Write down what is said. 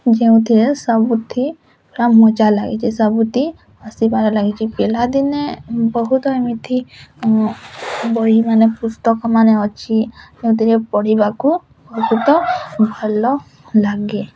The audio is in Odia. ଯେଉଁଥିରେ ସବୁଥିର ମଜା ଲାଗିଛି ସବୁଠି ହସିବାର ଲାଗିଛି ପିଲାଦିନେ ବହୁତ ଏମିତି ବହି ମାନେ ପୁସ୍ତକ ମାନେ ଅଛି ଯେଉଁଥିରେ ପଢ଼ିବାକୁ ବହୁତ ଭଲ ଲାଗେ